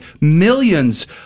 millions